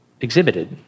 exhibited